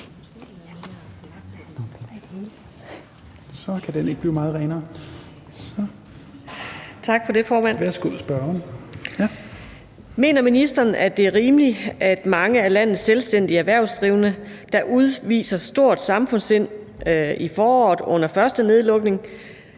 Mener ministeren, at det er rimeligt, at mange af landets selvstændige erhvervsdrivende, der udviste stort samfundssind i foråret under første nedlukning